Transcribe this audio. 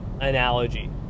analogy